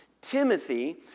Timothy